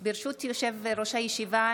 ברשות יושב-ראש הישיבה,